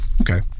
Okay